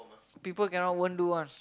people cannot won't do one